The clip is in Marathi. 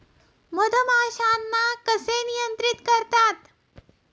मधमाश्यांना कसे नियंत्रित करतात?